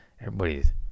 Everybody's